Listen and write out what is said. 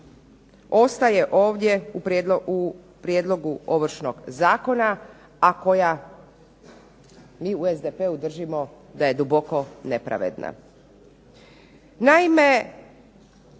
ostaje ovdje u prijedlogu Ovršnog zakona, a koja mi u SDP-u držimo da je duboko nepravedna. Naime,